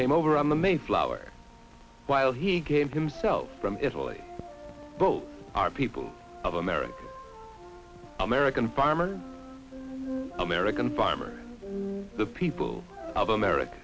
came over on the mayflower while he came himself from italy both are people of america american farmers american farmers the people of america